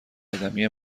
قدمی